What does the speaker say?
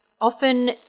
often